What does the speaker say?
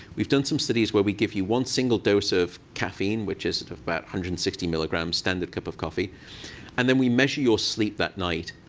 we've done some studies where we give you one single dose of caffeine, which is about one hundred and sixty milligrams standard cup of coffee and then we measure your sleep that night.